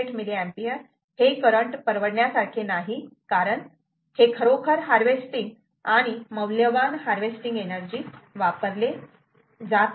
58 mA हे current परवडण्यासारखे नाही कारण हे खरोखर हार्वेस्टिंग आहे आणि मौल्यवान हार्वेस्टिंग एनर्जी वापरली जात आहे